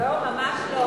לא, ממש לא.